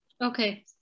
Okay